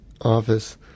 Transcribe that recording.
office